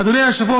אדוני היושב-ראש,